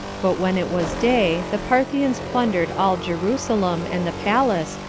but when it was day, the parthians plundered all jerusalem, and the palace,